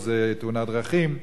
פה זה תאונת דרכים,